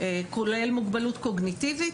כולל מוגבלות קוגניטיבית,